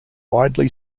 widely